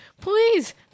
please